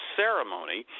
ceremony